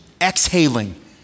exhaling